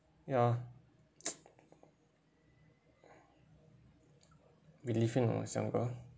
ya believe in when I was younger